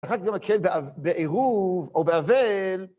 אחר כך זה מקל בעירוב או באבל.